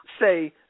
say